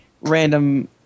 random